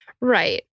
Right